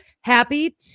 Happy